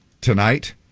tonight